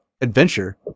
adventure